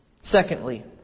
Secondly